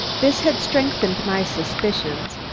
this had strengthened my suspicions,